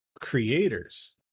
creators